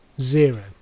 Zero